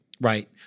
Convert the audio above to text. Right